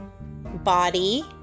body